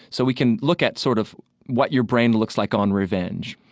so we can look at sort of what your brain looks like on revenge.